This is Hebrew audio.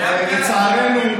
לצערנו,